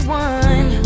one